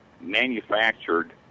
manufactured